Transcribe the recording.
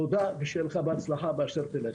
תודה והצלחה בכל אשר תלך.